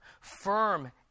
Firm